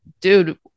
dude